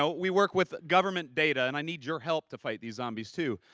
so we work with government data. and i need your help to fight these zombies too.